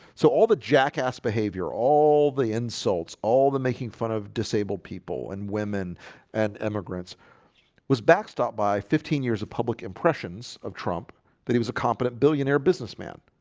so all the jackass behavior all the insults all the making fun of disabled people and women and immigrants was back stopped by fifteen years of public impressions of trump that he was a competent billionaire businessman